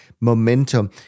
momentum